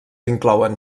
inclouen